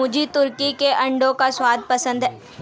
मुझे तुर्की के अंडों का स्वाद पसंद है